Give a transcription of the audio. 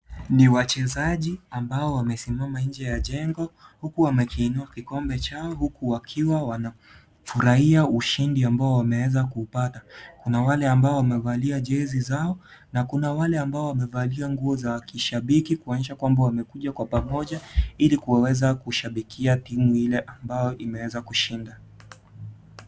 Ni wachezaji ambao wamesimama nje ya jengo, huku wamekiinmua kikombe chao, huku wakiwa wanafurahia ushindi ambao wameweza kupata. Kuna wale ambao wamevalia jezi zao, na kuna wale ambao wamevalia nguo za kishabiki, kuonyesha kuwa wamekuja pamoja, ili kuweza kushabikia timu ile ambayo imeweza kushinda.